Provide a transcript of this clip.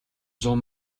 зуун